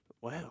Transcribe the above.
Wow